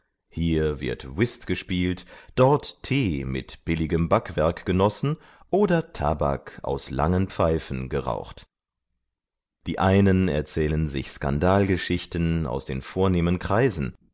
hier wird whist gespielt dort tee mit billigem backwerk genossen oder tabak aus langen pfeifen geraucht die einen erzählen sich skandalgeschichten aus den vornehmen kreisen